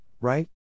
right